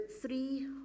three